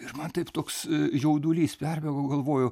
itr man taip toks jaudulys perbėgo galvoju